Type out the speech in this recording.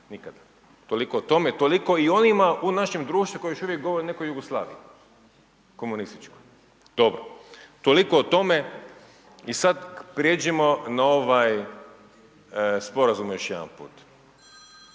Nikad. Toliko o tome, toliko i onim u našem društvu koji još uvijek govore o nekoj Jugoslaviji, komunističkoj. Toliko o tome. I sad prijeđimo na ovaj sporazum još jedanput.